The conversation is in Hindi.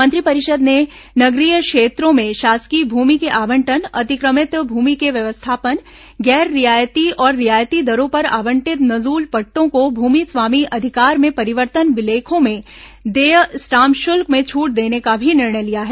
मंत्रिपरिषद ने नगरीय क्षेत्रों में शासकीय भूमि के आवंटन अतिक्रमित भूमि के व्यवस्थापन गैर रियायती और रियायती दरों पर आवंटित नजूल पट्टों को भूमि स्वामी अधिकार में परिवर्तन विलेखों में देय स्टाम्प शुल्क में छूट देने का भी निर्णय लिया है